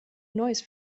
neues